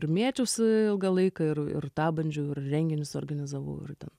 ir mėčiausi ilgą laiką ir ir tą bandžiau ir renginius organizavau ir ten